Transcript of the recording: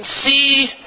see